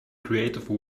creative